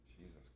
Jesus